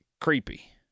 creepy